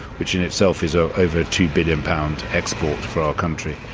which in itself is ah over a two billion pounds export for our country.